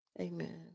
Amen